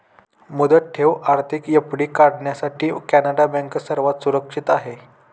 मुदत ठेव अर्थात एफ.डी काढण्यासाठी कॅनडा बँक सर्वात सुरक्षित आहे